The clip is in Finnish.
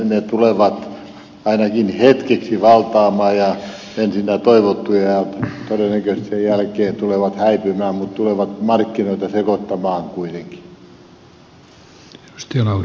ne tulevat ainakin hetkeksi valtaamaan ja ensinnä ovat toivottuja ja todennäköisesti sen jälkeen tulevat häipymään mutta tulevat markkinoita sekoittamaan kuitenkin